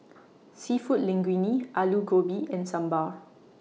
Seafood Linguine Alu Gobi and Sambar